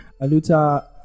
Aluta